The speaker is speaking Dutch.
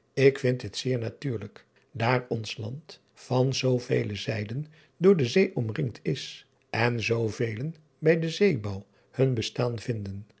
ik vind dit zeer natuurlijk daar ons land van zoovele zijden door de zee omringd is en zoovelen bij den zeebouw hun bestaan vinden